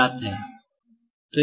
ज्ञात है